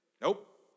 Nope